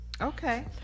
Okay